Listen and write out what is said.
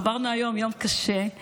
עברנו היום יום קשה,